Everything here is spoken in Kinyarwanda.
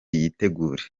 yitegure